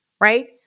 right